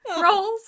rolls